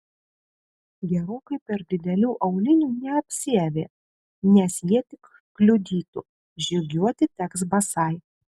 gerokai per didelių aulinių neapsiavė nes jie tik kliudytų žygiuoti teks basai